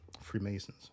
Freemasons